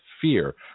fear